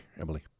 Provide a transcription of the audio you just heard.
Emily